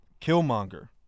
Killmonger